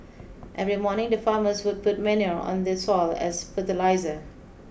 every morning the farmers would put manure on the soil as fertiliser